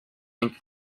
and